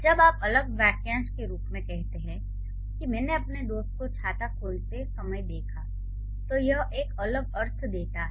जब आप अलग वाक्यांश के रूप में कहते है की "मैंने अपने दोस्त को छाता खोलते सं देखा" तो यह एक अलग अर्थ देता है